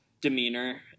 demeanor